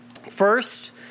First